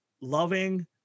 loving